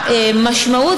המשמעות,